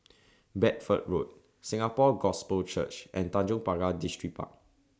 Bedford Road Singapore Gospel Church and Tanjong Pagar Distripark